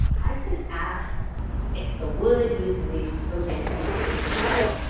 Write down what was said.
i've been asked if the wood used in these tokens is sustainable,